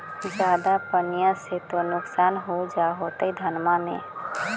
ज्यादा पनिया से तो नुक्सान हो जा होतो धनमा में?